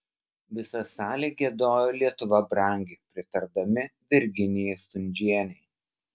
visa salė giedojo lietuva brangi pritardami virginijai stundžienei